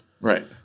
Right